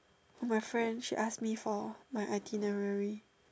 my friends she ask me for my itinerary